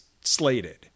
slated